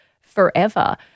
forever